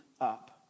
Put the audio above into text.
up